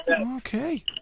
Okay